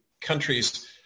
countries